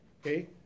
okay